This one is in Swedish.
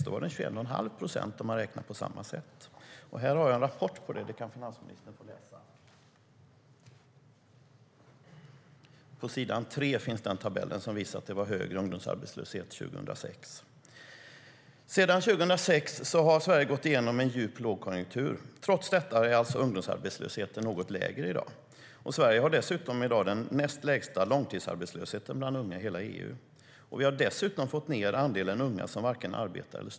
Då var den 21 1⁄2 procent om man räknar på samma sätt. Jag har en rapport om det som finansministern kan få läsa. Trots detta är alltså ungdomsarbetslösheten något lägre i dag. Sverige har dessutom i dag den näst lägsta långtidsarbetslösheten bland unga i hela EU.